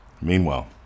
Meanwhile